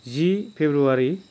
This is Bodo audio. जि फेब्रुवारि